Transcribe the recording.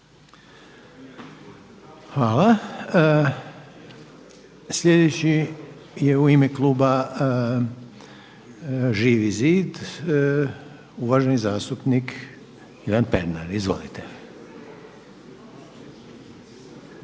Hvala. Sljedeći je u ime kluba Živi zid, uvaženi zastupnik Ivan Pernar. Izvolite.